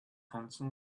counsel